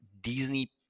Disney